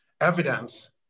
evidence